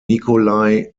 nikolai